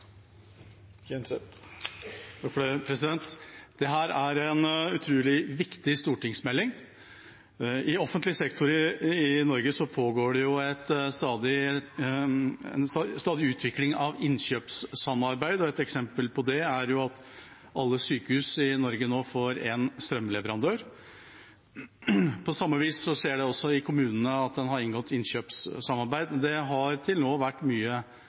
en utrolig viktig stortingsmelding. I offentlig sektor i Norge pågår det en stadig utvikling av innkjøpssamarbeid, og et eksempel på det er at alle sykehus i Norge nå får én strømleverandør. På samme vis skjer det også i kommunene at en har inngått innkjøpssamarbeid, men det har til nå vært fokusert mye